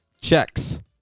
checks